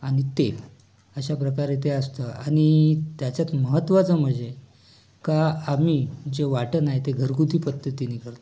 आणि तेल अशा प्रकारे ते असतं आणि त्याच्यात महत्वाचं म्हणजे का आमी जे वाटण आहे ते घरगुती पद्दतीने करतो